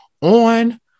on